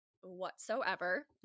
whatsoever